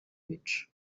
bicu